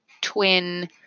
twin